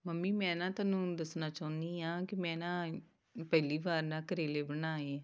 mummy ਮੈਂ ਨਾ ਤੁਹਾਨੂੰ ਦੱਸਣਾ ਚਾਹੁੰਦੀ ਹਾਂ ਕਿ ਮੈਂ ਨਾ ਪਹਿਲੀ ਵਾਰ ਨਾ ਕਰੇਲੇ ਬਣਾਏ